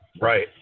right